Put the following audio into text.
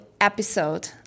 episode